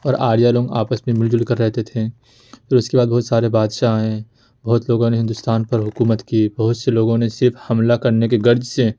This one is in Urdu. اور آریہ لوگ آپس میں مل جل کر رہتے تھے پھر اس کے بعد بہت سارے بادشاہ آئے بہت لوگوں نے ہندوستان پر حکومت کی بہت سے لوگوں نے صرف حملہ کرنے کی غرض سے